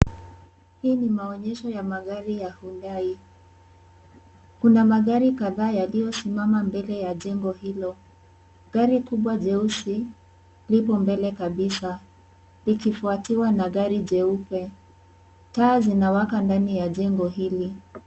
Hii ni maonyesho ya magari ya Hyundai kuna magari kadhaa yaliyosimama ndani ya jengo hilo, gari kubwa jeusi liko mbele kabisa likifwatiwa na gari jeupe, taa zinawaka ndani ya jengo hili.